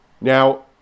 Now